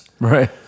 Right